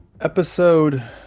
episode